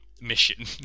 mission